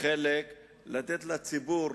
חלק לתת לציבור,